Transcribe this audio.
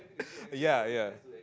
ya ya